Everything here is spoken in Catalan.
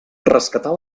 rescatar